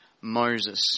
Moses